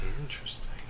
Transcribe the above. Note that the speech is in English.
Interesting